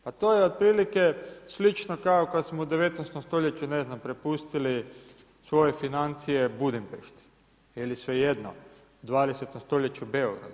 Pa to je otprilike slično kako kad smo u 19. stoljeću ne znam, prepustili svoje financije Budimpešti ili svejedno u 20. stoljeću Beogradu.